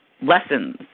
lessons